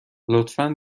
لطفا